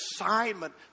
assignment